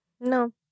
No